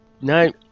No